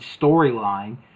storyline